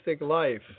Life